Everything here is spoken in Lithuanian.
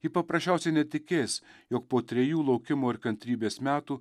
ji paprasčiausiai netikės jog po trejų laukimo ir kantrybės metų